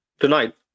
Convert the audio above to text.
tonight